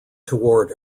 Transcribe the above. toward